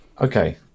okay